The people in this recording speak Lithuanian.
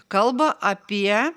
kalba apie